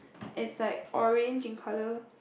is like orange in colour